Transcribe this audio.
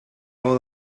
raó